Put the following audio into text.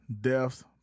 deaths